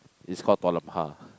it's call dua lum pa